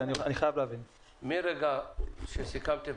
מבחינה משפטית,